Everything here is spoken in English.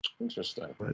interesting